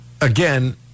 Again